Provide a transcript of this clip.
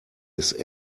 ist